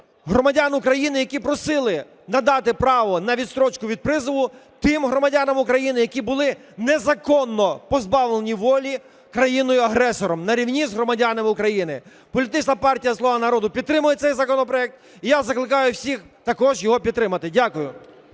громадян України, які просили надати право на відстрочку від призову тим громадянам України, які були незаконно позбавлені волі країною-агресором на рівні з громадянами України. Політична партія "Слуга народу" підтримує цей законопроект, і я закликаю всіх також його підтримати. Дякую.